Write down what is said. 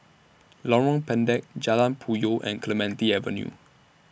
Lorong Pendek Jalan Puyoh and Clementi Avenue